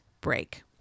break